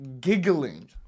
giggling